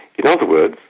in other words,